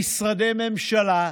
משרדי ממשלה,